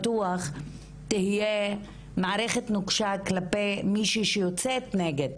לגמרי בטוח שתהיה מערכת נוקשה כלפיי מישהי שיוצאת נגד